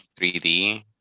3D